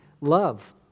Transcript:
Love